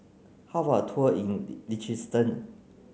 how about a tour in Liechtenstein